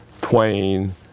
Twain